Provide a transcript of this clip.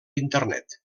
internet